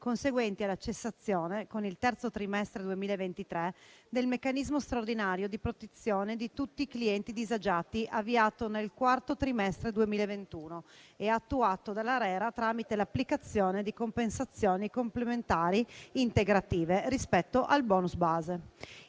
conseguenti alla cessazione, con il terzo trimestre 2023, del meccanismo straordinario di protezione di tutti i clienti disagiati avviato nel quarto trimestre del 2021 e attuato dall'ARERA tramite l'applicazione di compensazioni complementari integrative rispetto al *bonus* base.